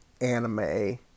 anime